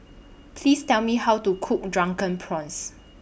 Please Tell Me How to Cook Drunken Prawns